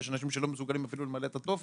יש אנשים שלא מסוגלים אפילו למלא את הטופס.